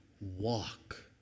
walk